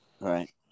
right